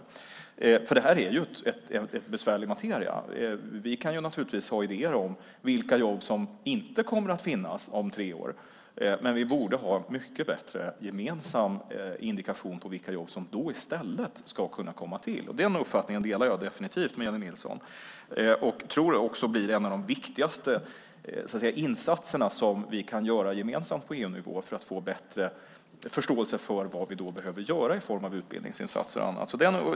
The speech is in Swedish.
Det här är en besvärlig materia. Vi kan naturligtvis ha idéer om vilka jobb som inte kommer att finnas om tre år, men vi borde ha en mycket bättre gemensam indikation på vilka jobb som i stället ska komma till. Jag tror också att det blir en av de viktigaste insatserna som vi kan göra gemensamt på EU-nivå för att få bättre förståelse för vad vi behöver göra i form av utbildningsinsatser och annat.